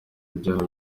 ibyaha